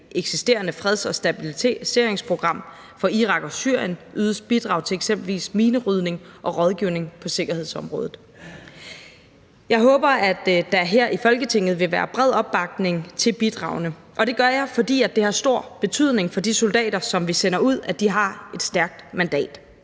eksisterende freds- og stabiliseringsprogram for Irak og Syrien ydes bidrag til eksempelvis minerydning og rådgivning på sikkerhedsområdet. Jeg håber, at der her i Folketinget vil være bred opbakning til bidragene, og det gør jeg, fordi det har stor betydning for de soldater, som vi sender ud, at de har et stærkt mandat.